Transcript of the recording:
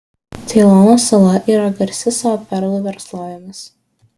ceilono sala yra garsi savo perlų verslovėmis